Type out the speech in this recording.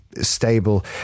stable